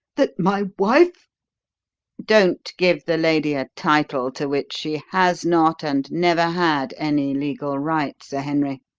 that my wife don't give the lady a title to which she has not and never had any legal right, sir henry.